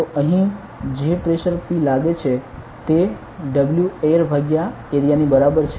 તો અહીં જે પ્રેશર P લાગે છે તે W એર ભાગ્યા આ એરિયાની બરાબર છે